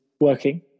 working